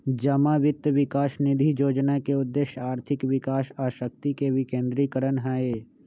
जमा वित्त विकास निधि जोजना के उद्देश्य आर्थिक विकास आ शक्ति के विकेंद्रीकरण हइ